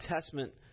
Testament